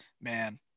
man